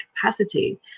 capacity